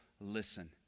listen